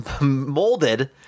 molded